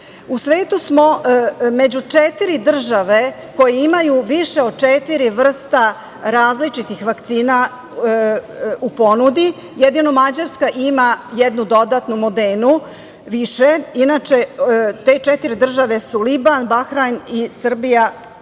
svetu smo među četiri države koje imaju više od četiri vrsta različitih vakcina u ponudi. Jedino Mađarska ima jednu dodatnu, „Modenu“ više. Te četiri države su Liban, Bahrein, Srbija